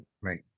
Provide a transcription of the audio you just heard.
Right